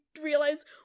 realize